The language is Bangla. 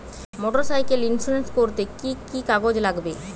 মোটরসাইকেল ইন্সুরেন্স করতে কি কি কাগজ লাগবে?